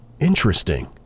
Interesting